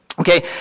Okay